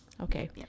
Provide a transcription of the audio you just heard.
Okay